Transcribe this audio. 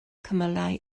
cymylau